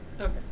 Okay